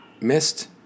Missed